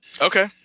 Okay